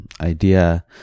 idea